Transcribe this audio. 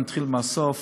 אני אתחיל מהסוף,